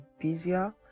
busier